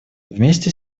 вместе